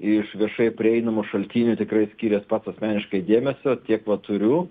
iš viešai prieinamų šaltinių tikrai skyręs pats asmeniškai dėmesio tiek va turiu